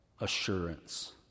assurance